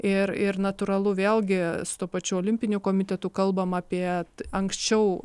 ir ir natūralu vėlgi su tuo pačiu olimpiniu komitetu kalbam apie anksčiau